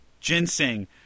Ginseng